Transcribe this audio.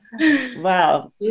Wow